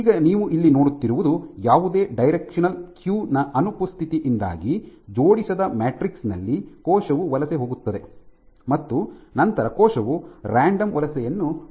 ಈಗ ನೀವು ಇಲ್ಲಿ ನೋಡುತ್ತಿರುವುದು ಯಾವುದೇ ಡೈರೆಕ್ಷನಲ್ ಕ್ಯೂ ನ ಅನುಪಸ್ಥಿತಿಯಿಂದಾಗಿ ಜೋಡಿಸದ ಮ್ಯಾಟ್ರಿಕ್ಸ್ ನಲ್ಲಿ ಕೋಶವು ವಲಸೆ ಹೋಗುತ್ತದೆ ಮತ್ತು ನಂತರ ಕೋಶವು ರಾಂಡಮ್ ವಲಸೆಯನ್ನು ಪ್ರದರ್ಶಿಸುತ್ತದೆ